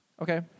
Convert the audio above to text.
Okay